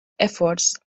efforts